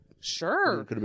Sure